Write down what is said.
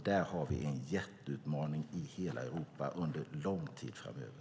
Det är en stor utmaning för hela Europa under lång tid framöver.